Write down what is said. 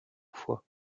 foi